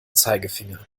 zeigefinger